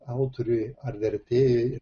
autoriui ar vertėjui